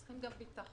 הם צריכים גם ביטחון.